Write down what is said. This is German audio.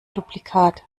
duplikat